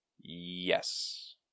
Yes